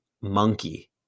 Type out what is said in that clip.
monkey